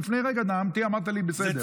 לפני רגע נאמתי, ואמרת לי: בסדר.